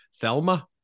Thelma